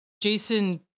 Jason